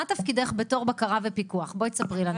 מה תפקידך בתור בקרה ופיקוח, בואי תספרי לנו.